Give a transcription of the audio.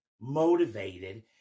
motivated